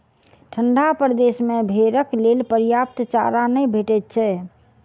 ठंढा प्रदेश मे भेंड़क लेल पर्याप्त चारा नै भेटैत छै